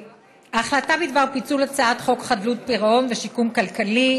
ההחלטה בדבר פיצול הצעת חוק חדלות פירעון ושיקום כלכלי,